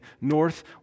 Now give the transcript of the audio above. north